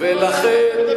אתה רק מקשקש קשקוש.